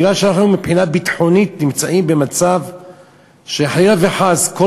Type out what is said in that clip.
מכיוון שאנחנו מבחינה ביטחונית נמצאים במצב שחלילה וחס כל